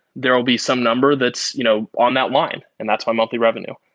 there'll be some number that's you know on that line, and that's my monthly revenue.